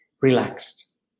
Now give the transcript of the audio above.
relaxed